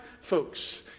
folks